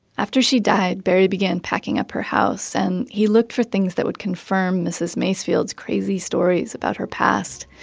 after she died, barry began packing up her house and he looked for things that would confirm mrs. macefield's crazy stories about her past.